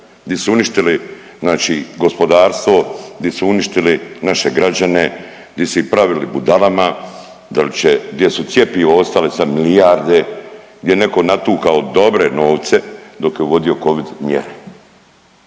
di su uništili znači gospodarstvo, di su uništili naše građane, di su ih pravili budalama, dal će, gdje su cjepivo ostale sad milijarde, gdje je neko natukao dobre novce dok je uvodio covid mjere.